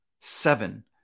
Seven